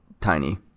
tiny